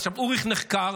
עכשיו אוריך נחקר,